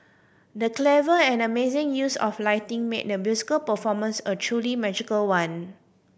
the clever and amazing use of lighting made the musical performance a truly magical one